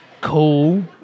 cool